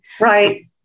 Right